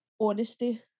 honesty